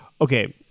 okay